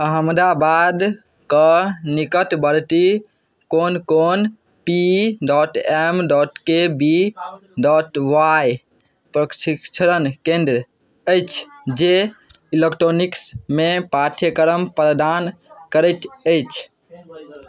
अहमदाबाद कऽ निकटवर्ती कोन कोन P dot M dot K V dot Y प्रशिक्षण केन्द्र अछि जे इलेक्ट्रोनिक्समे पाठ्यक्रम प्रदान करैत अछि